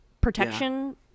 protection